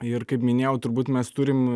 ir kaip minėjau turbūt mes turim